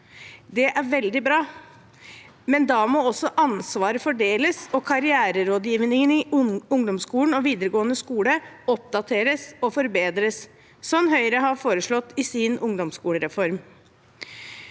Det er veldig bra, men da må også ansvaret fordeles og karriererådgivningen i ungdomsskole og videregående skole oppdateres og forbedres, slik Høyre har foreslått i sin ungdomsskolereform.